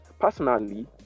Personally